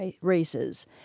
races